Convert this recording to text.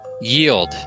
Yield